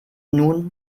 nun